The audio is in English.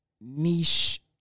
niche